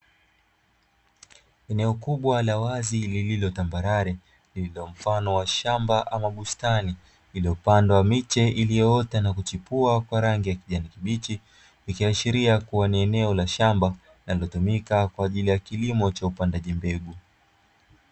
Eneo kubwa la wazi lililotambarare lililo mfano wa shamba ama bustani, iliyopandwa miche iliyoota na kuchipua kwa rangi ya kijani kibichi. Ikiashiria kuwa ni eneo la shamba linalotumika kwa ajii ya kilimo cha upandaji mbegu.